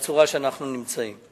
בצורה שאנחנו נמצאים.